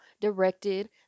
directed